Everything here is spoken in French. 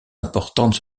importantes